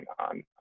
on